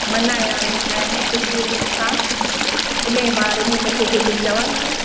मल्हाया वेंदा आहिनि सुठी रीत सां तव्हां उनजे बारे में कुझु चवंदव